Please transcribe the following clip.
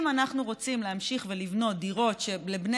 אם אנחנו רוצים להמשיך ולבנות דירות שלבני